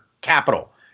capital